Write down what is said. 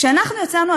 כשאנחנו יצאנו,